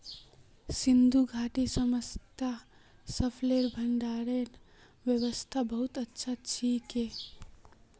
सिंधु घाटीर सभय्तात फसलेर भंडारनेर व्यवस्था बहुत अच्छा छिल की